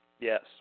yes